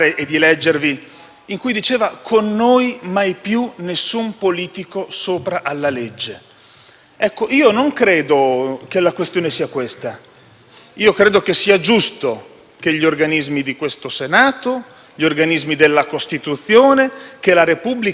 Ecco, non credo che la questione sia questa, ma che sia giusto che gli organismi di questo Senato e della Costituzione e la Repubblica vedano le garanzie e le prerogative costituzionali garantite a tutti, compresi i parlamentari e i senatori.